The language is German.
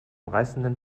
reißenden